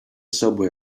subway